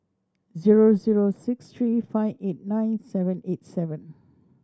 zero zero six three five eight nine seven eight seven